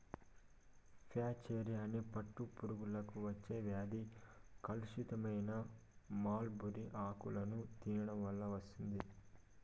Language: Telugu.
ఫ్లాచెరీ అనే పట్టు పురుగులకు వచ్చే వ్యాధి కలుషితమైన మల్బరీ ఆకులను తినడం వల్ల వస్తుంది